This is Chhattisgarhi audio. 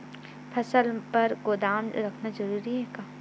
फसल बर गोदाम रखना जरूरी हे का?